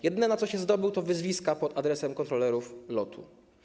Jedyne, na co się zdobył, to wyzwiska pod adresem kontrolerów LOT-u.